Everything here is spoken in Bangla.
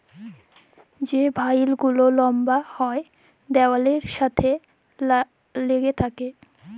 যে ভাইল গুলা লম্বা হ্যয় দিয়ালের সাথে ল্যাইগে থ্যাকে